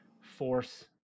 force